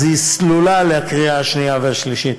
אז הדרך שלה סלולה לקריאה השנייה והשלישית.